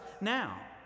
now